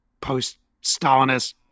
post-Stalinist